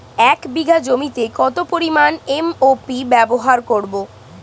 এক বিঘা জমিতে কত পরিমান এম.ও.পি ব্যবহার করব?